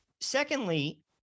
Secondly